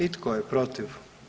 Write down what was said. I tko je protiv?